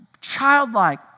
childlike